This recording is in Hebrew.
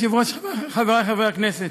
אדוני היושב-ראש, חברי חברי הכנסת,